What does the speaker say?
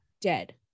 dead